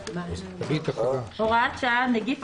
את מקריאה עם התיקונים שדיברתי